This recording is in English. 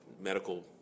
medical